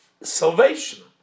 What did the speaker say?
salvation